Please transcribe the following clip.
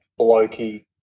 blokey